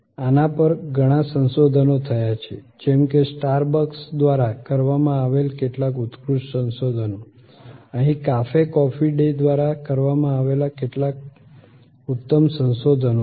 આના પર ઘણા સંશોધન થયા છે જેમ કે સ્ટાર બક્સ દ્વારા કરવામાં આવેલ કેટલાક ઉત્કૃષ્ટ સંશોધનો અહીં કાફે કોફી ડે દ્વારા કરવામાં આવેલ કેટલાક ઉત્તમ સંશોધનો છે